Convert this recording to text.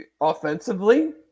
offensively